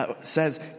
Says